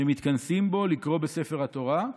שמתכנסים בו לקרוא בספר התורה,